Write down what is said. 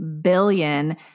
billion